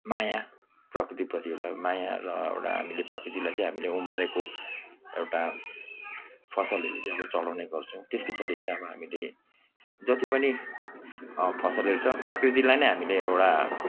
माया प्रकृतिप्रति एउटा माया र एउटा हामीले प्रकृतिलाई चाहिँ हामीले उमारेको एउटा फसलहरू चाहिँ अब चढाउने गर्छौ त्यस पछाडि चाहिँ अब हामीले जति पनि फसलहरू छ प्रकृतिलाई नै हामीले एउटा